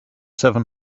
seven